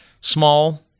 small